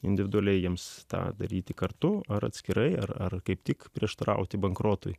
individualiai jiems tą daryti kartu ar atskirai ar ar kaip tik prieštarauti bankrotui